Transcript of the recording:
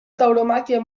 tauromàquia